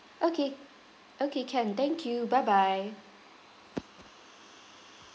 okay okay can thank you bye bye